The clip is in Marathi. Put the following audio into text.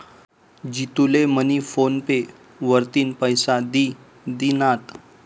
जितू ले मनी फोन पे वरतीन पैसा दि दिनात